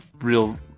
real